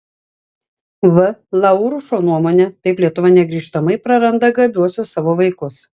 v laurušo nuomone taip lietuva negrįžtamai praranda gabiuosius savo vaikus